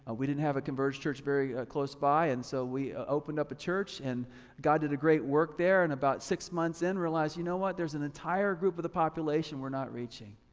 ah we didn't have a converge church very close by and so we opened up a church and god did a great work there and about six months in realize, you know what, there's an entire group of the population we're not reaching.